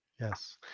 Yes